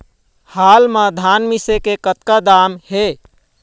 हाल मा धान मिसे के कतका दाम हे?